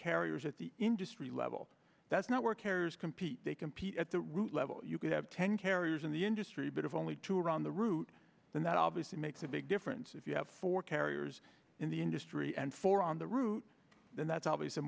carriers at the industry level that's not workers compete they compete at the root level you could have ten carriers in the industry but if only two are on the route then that obviously makes a big difference if you have four carriers in the industry and four on the route then that's always a